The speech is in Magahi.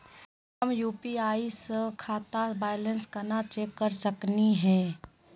हम यू.पी.आई स खाता बैलेंस कना चेक कर सकनी हे?